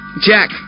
Jack